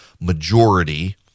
majority